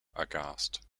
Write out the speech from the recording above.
aghast